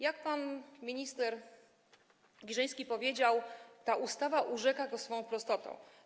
Jak pan minister Giżyński powiedział, ta ustawa urzeka swoją prostotą.